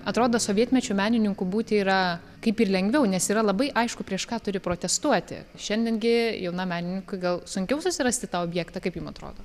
atrodo sovietmečiu menininku būti yra kaip ir lengviau nes yra labai aišku prieš ką turi protestuoti šiandien gi jaunam menininkui gal sunkiau susirasti tą objektą kaip jum atrodo